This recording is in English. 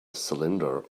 cylinder